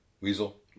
weasel